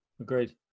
agreed